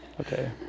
Okay